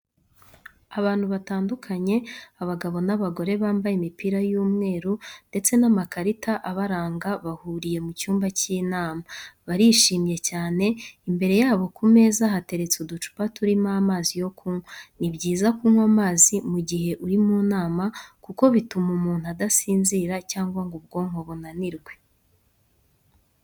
Abantu batandukanye, abagabo n'abagore bambaye imipira y'umweru ndetse n'amakarita abaranga bahuriye mu cyumba cy'inama, barishimye cyane, imbere yabo ku meza hateretse uducupa turimo amazi yo kunywa. Ni byiza kunywa amazi mu gihe uri mu nama kuko bituma umuntu adasinzira cyangwa ngo ubwonko bunanirwe.